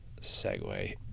segue